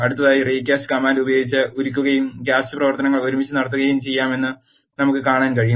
അടുത്തതായി recast command ഉപയോഗിച്ച് ഉരുകുകയും കാസ്റ്റ് പ്രവർത്തനങ്ങൾ ഒരുമിച്ച് നടത്തുകയും ചെയ്യാമെന്ന് നമുക്ക് കാണാൻ കഴിയും